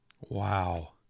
Wow